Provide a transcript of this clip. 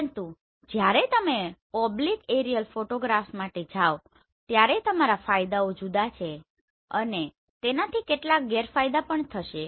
પરંતુ જ્યારે તમે ઓબ્લીક એરિઅલ ફોટોગ્રાફ માટે જાઓ ત્યારે તમારા ફાયદાઓ જુદા છે અને તેનાથી કેટલાક ગેરફાયદા પણ થશે